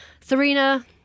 Serena